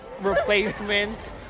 replacement